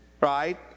right